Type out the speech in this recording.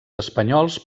espanyols